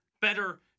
better